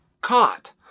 caught